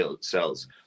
cells